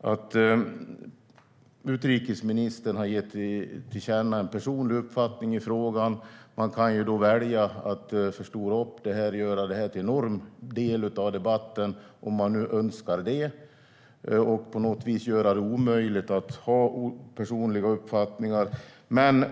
att utrikesministern har gett till känna en personlig uppfattning i frågan. Man kan välja att förstora upp detta och göra det till en enorm fråga i debatten om man önskar det. Då gör man det omöjligt att ha personliga uppfattningar.